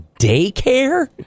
daycare